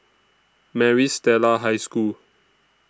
Maris Stella High School